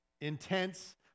intense